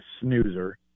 snoozer